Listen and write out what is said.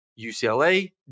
UCLA